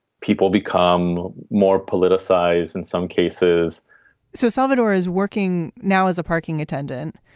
people become more politicized in some cases so salvador is working now as a parking attendant.